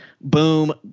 boom